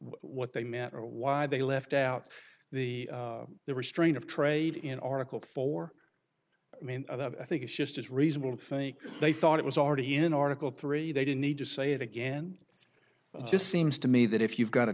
what they meant or why they left out the restraint of trade in article four i mean i think it's just as reasonable to think they thought it was already in article three they didn't need to say it again just seems to me that if you've got a